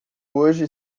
hoje